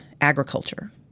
agriculture